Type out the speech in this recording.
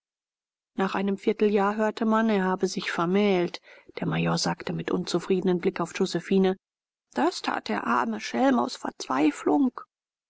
nach einem vierteljahr hörte man er habe sich vermählt der major sagte mit unzufriedenem blick auf josephine das tat der arme schelm aus verzweiflung